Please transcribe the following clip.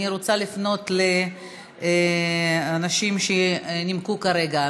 אני רוצה לפנות לאנשים שנימקו כרגע.